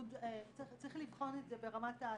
צריך לבחון את זה ברמת התיק-תיק.